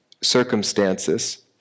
circumstances